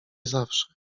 zawsze